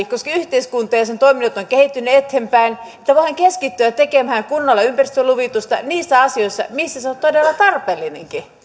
että koska yhteiskunta ja sen toiminnot ovat kehittyneet eteenpäin on järkevääkin että voidaan keskittyä tekemään kunnolla ympäristöluvitusta niissä asioissa missä se on todella tarpeellista